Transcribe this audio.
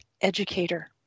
educator